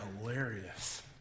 hilarious